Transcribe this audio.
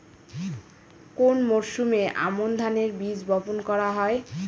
কোন মরশুমে আমন ধানের বীজ বপন করা হয়?